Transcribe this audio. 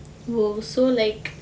!whoa! so like